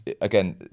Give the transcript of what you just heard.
again